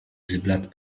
zbladł